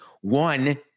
one